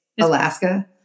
Alaska